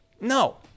no